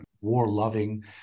war-loving